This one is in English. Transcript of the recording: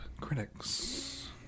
critics